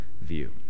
view